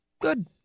good